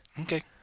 Okay